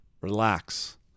relax